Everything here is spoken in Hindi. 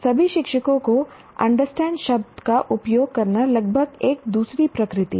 सभी शिक्षकों को अंडरस्टैंड शब्द का उपयोग करना लगभग एक दूसरी प्रकृति है